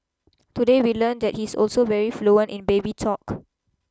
today we learned that he is also very fluent in baby talk